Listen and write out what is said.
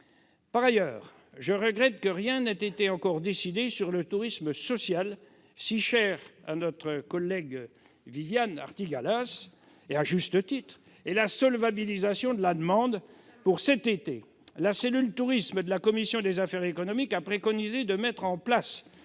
Par ailleurs, je regrette que rien n'ait encore été décidé pour le tourisme social, si cher, à juste titre, à notre collègue Viviane Artigalas, ni pour la solvabilisation de la demande pour cet été. La cellule « Tourisme » de la commission des affaires économiques a préconisé la mise en place